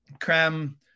cram